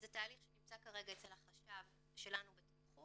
זה תהליך שנמצא כרגע אצל החשב שלנו בתמחור